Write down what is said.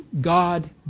God